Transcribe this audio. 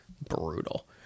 brutal